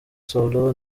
sol